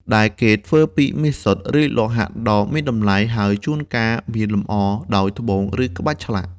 ដែលគេធ្វើពីមាសសុទ្ធ ឬលោហៈដ៏មានតម្លៃ ហើយជួនកាលមានលម្អដោយត្បូង ឬក្បាច់ឆ្លាក់។